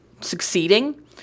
succeeding